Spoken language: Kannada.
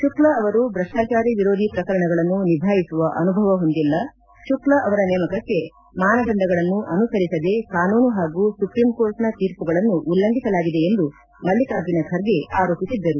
ಶುಕ್ಲಾ ಅವರು ಭ್ರಷ್ಟಾಚಾರ ವಿರೋಧಿ ಪ್ರಕರಣಗಳನ್ನು ನಿಭಾಯಿಸುವ ಅನುಭವ ಹೊಂದಿಲ್ಲ ಶುಕ್ಲಾ ಅವರ ನೇಮಕಕ್ಕೆ ಮಾನದಂಡಗಳನ್ನು ಅನುಸರಿಸದೇ ಕಾನೂನು ಹಾಗೂ ಸುಪ್ರೀಂಕೋರ್ಟ್ನ ತೀರ್ಮಗಳನ್ನು ಉಲ್ಲಂಘಿಸಲಾಗಿದೆ ಎಂದು ಮಲ್ಲಿಕಾರ್ಜುನ ಖರ್ಗೆ ಆರೋಪಿಸಿದರು